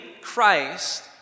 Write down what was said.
Christ